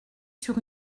sur